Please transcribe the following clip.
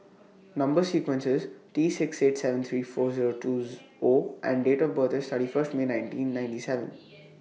Number sequence IS T six eight seven three four Zero two O and Date of birth IS thirty First May nineteen ninety seven